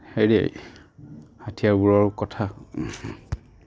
হেৰি হাথিয়াৰবোৰৰ কথা